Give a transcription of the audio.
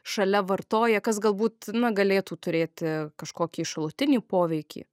šalia vartoja kas galbūt na galėtų turėti kažkokį šalutinį poveikį